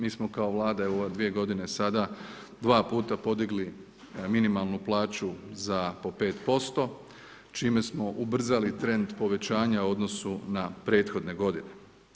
Mi smo kao Vlada u ove dvije godine sada dva puta podigli minimalnu plaću po 5%, čime smo ubrzali trend povećanja u odnosu na prethodne godine.